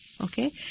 Okay